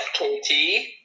FKT